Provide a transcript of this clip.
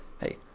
Hey